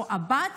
הבת